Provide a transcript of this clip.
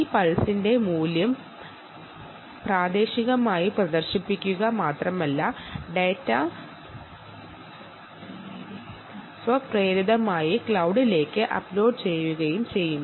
ഇത് പൾസിന്റെ വാല്യു പ്രദർശിപ്പിക്കുക മാത്രമല്ല ഡാറ്റ ക്ലൌഡിലേക്ക് അപ്ലോഡ് ചെയ്യുകയും ചെയ്യും